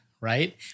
right